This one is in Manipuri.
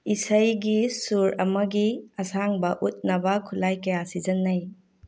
ꯏꯁꯩꯒꯤ ꯁꯨꯔ ꯑꯃꯒꯤ ꯑꯁꯥꯡꯕ ꯎꯠꯅꯕ ꯈꯨꯠꯂꯥꯏ ꯀꯌꯥ ꯁꯤꯖꯤꯟꯅꯩ